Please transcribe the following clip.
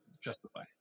justify